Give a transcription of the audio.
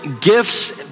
gifts